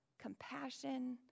compassion